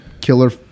Killer